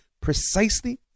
precisely